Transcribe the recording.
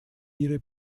ihre